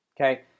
okay